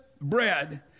bread